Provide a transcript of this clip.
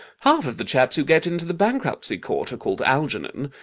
half of the chaps who get into the bankruptcy court are called algernon.